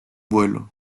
vuelo